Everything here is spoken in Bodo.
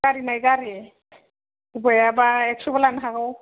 गारि नाय गारि अबेयाबा एकस'बो लानो हागौ